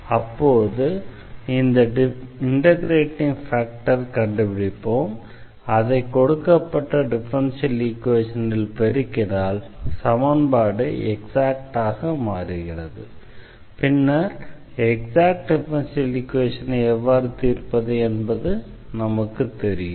அப்போது இந்த இண்டெக்ரேட்டிங் ஃபேக்டரை கண்டுபிடிப்போம் அதை கொடுக்கப்பட்ட டிஃபரன்ஷியல் ஈக்வேஷனில் பெருக்கினால் சமன்பாடு எக்ஸாக்டாக மாறும் பின்னர் எக்ஸாக்ட் டிஃபரன்ஷியல் ஈக்வேஷனை எவ்வாறு தீர்ப்பது என்பது நமக்குத் தெரியும்